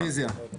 רביזיה.